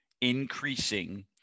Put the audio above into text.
increasing